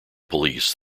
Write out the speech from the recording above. police